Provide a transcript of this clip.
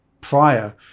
prior